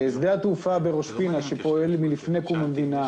שדה התעופה בראש פינה שפועל מלפני קום המדינה,